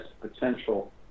potential